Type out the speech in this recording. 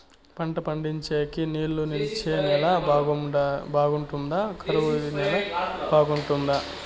పంట పండించేకి నీళ్లు నిలిచే నేల బాగుంటుందా? కరువు నేల బాగుంటుందా?